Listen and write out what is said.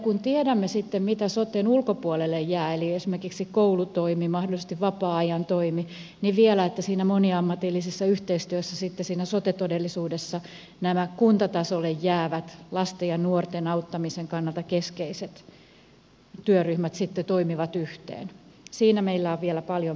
kun tiedämme sitten mitä soten ulkopuolelle jää esimerkiksi koulutoimi mahdollisesti vapaa ajantoimi niin vielä meillä on siinä että moniammatillisessa yhteistyössä sote todellisuudessa nämä kuntatasolle jäävät lasten ja nuorten auttamisen kannalta keskeiset työryhmät sitten toimivat yhteen paljon paimentamista